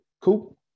Cool